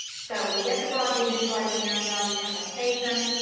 so we get the broadly neutralizing antibody from a patient,